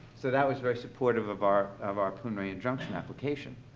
so that was very supportive of our of our preliminary injunction application.